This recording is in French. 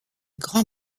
grand